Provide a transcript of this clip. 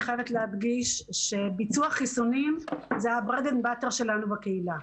אני חייבת להדגיש שביצוע חיסונים זה ה-bread and butter שלנו בקהילה.